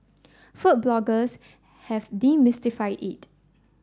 food bloggers have demystified it